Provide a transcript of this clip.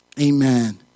Amen